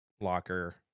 locker